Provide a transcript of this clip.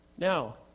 Now